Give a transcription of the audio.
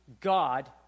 God